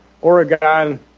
Oregon